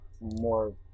more